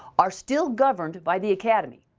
are still governed by the academy.